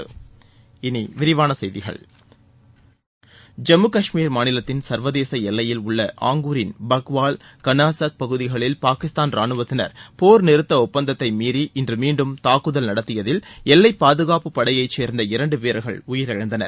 இனி விரிவான செய்திகள் ஜம்மு காஷ்மீர் மாநிலத்தின் சா்வதேச எல்லையில் உள்ள ஆங்கூரின் பர்க்வால் கனாசாக் பகுதிகளில் பாகிஸ்தான் ரானுவத்தினா் போா் நிறுத்த ஒப்பந்தத்தை மீறி இன்று மீண்டும் தாக்குதல் நடத்தியதில் எல்லைப் பாதுகாப்புப் படையைச் சேர்ந்த இரண்டு வீரர்கள் உயிரிழந்தனர்